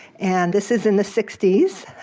and this is in the sixty s.